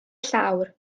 llawr